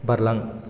बारलां